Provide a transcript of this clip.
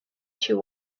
she